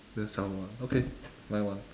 that's childhood [one] okay my one